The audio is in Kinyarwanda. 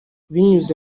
binyuze